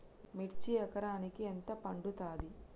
మిర్చి ఎకరానికి ఎంత పండుతది?